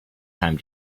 time